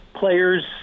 players